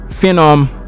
Phenom